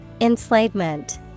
Enslavement